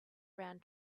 around